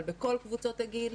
אבל בכל קבוצות הגיל.